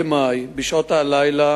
נחקרו בגין "השחתת פני מקרקעין".